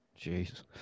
Jeez